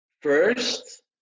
first